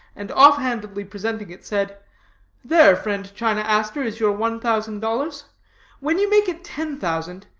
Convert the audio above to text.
and off-handedly presenting it, said there, friend china aster, is your one thousand dollars when you make it ten thousand,